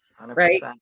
Right